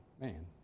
Man